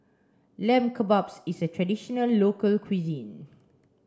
Lamb Kebabs is a traditional local cuisine